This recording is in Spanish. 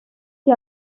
que